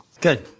Good